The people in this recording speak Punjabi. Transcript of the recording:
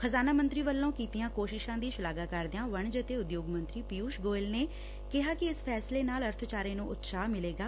ਖਜ਼ਾਨਾ ਮੰਤਰੀ ਵੱਲੋਂ ਕੀਤੀਆਂ ਕੋਸ਼ਿਸ਼ਾਂ ਦੀ ਸ਼ਲਾਘਾ ਕਰਦਿਆਂ ਵਣਜ ਅਤੇ ਉਦਯੋਗ ਮੰਤਰੀ ਪਿਉਸ਼ ਗੋਇਲ ਨੇ ਕਿਹਾ ਕਿ ਇਸ ਫੈਸਲੇ ਨਾਲ ਅਰਥਚਾਰੇ ਨੂੰ ਉਤਸ਼ਾਹ ਮਿਲੇਗਾ